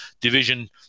division –